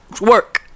Work